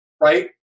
Right